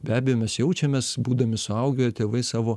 be abejo mes jaučiamės būdami suaugę tėvai savo